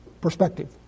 perspective